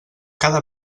cada